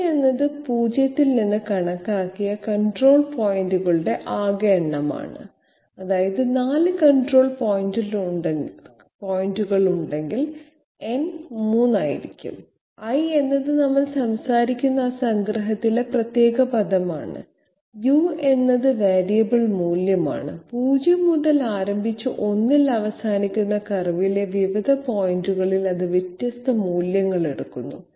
n എന്നത് 0 ൽ നിന്ന് കണക്കാക്കിയ കൺട്രോൾ പോയിന്റുകളുടെ ആകെ എണ്ണമാണ് അതായത് 4 കൺട്രോൾ പോയിന്റുകൾ ഉണ്ടെങ്കിൽ n 3 ആയിരിക്കും i എന്നത് നമ്മൾ സംസാരിക്കുന്ന ആ സംഗ്രഹത്തിലെ പ്രത്യേക പദമാണ് u എന്നത് വേരിയബിൾ മൂല്യമാണ് 0 മുതൽ ആരംഭിച്ച് 1 ൽ അവസാനിക്കുന്ന കർവിലെ വിവിധ പോയിന്റുകളിൽ അത് വ്യത്യസ്ത മൂല്യങ്ങൾ എടുക്കുന്നു